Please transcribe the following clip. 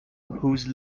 whose